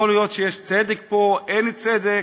יכול להיות שיש צדק פה, אין צדק,